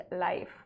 life